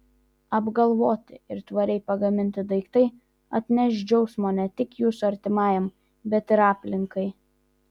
apgalvoti ir tvariai pagaminti daiktai atneš džiaugsmo ne tik jūsų artimajam bet ir aplinkai